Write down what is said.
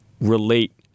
relate